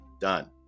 done